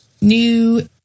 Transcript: New